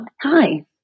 Hi